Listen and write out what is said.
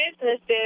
businesses